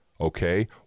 okay